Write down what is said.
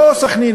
לא אחד בסח'נין,